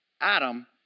Adam